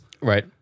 Right